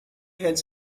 hens